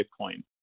Bitcoin